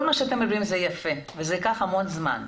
כל מה שאתם אומרים זה יפה, אבל זה ייקח המון זמן.